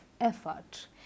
effort